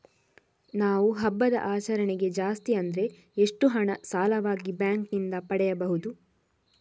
ನಾವು ಹಬ್ಬದ ಆಚರಣೆಗೆ ಜಾಸ್ತಿ ಅಂದ್ರೆ ಎಷ್ಟು ಹಣ ಸಾಲವಾಗಿ ಬ್ಯಾಂಕ್ ನಿಂದ ಪಡೆಯಬಹುದು?